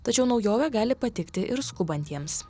tačiau naujovė gali patikti ir skubantiems